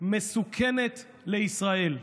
מסוכנת לישראל.